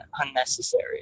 unnecessary